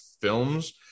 films